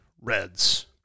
Reds